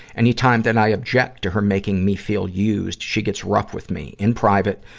anytime that i object to her making me feel used, she gets rough with me in private,